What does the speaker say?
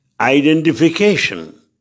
identification